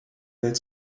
welt